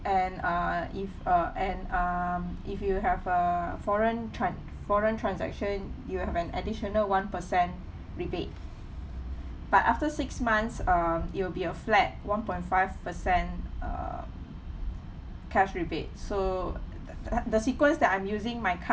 and uh if uh and um if you have a foreign tran~ foreign transaction you will have an additional one percent rebate but after six months um it will be a flat one point five percent um cash rebate so th~ th~ the sequence that I'm using my card